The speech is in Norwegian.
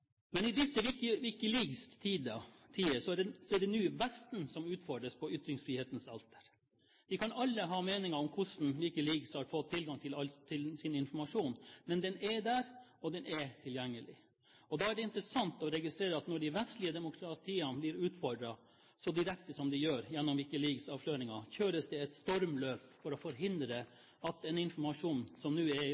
Men i disse WikiLeaks-tider er det nå Vesten som utfordres på ytringsfrihetens alter. Vi kan alle ha meninger om hvordan WikiLeaks har fått tilgang til sin informasjon, men den er der, og den er tilgjengelig. Da er det interessant å registrere at når de vestlige demokratiene blir utfordret så direkte som de gjør gjennom WikiLeaks-avsløringene, kjøres det et stormløp for å forhindre at den informasjonen som nå er